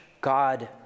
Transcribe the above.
God